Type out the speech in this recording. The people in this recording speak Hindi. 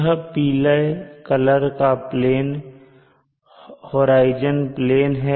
यह पीले कलर का प्लेन होराइजन प्लेन है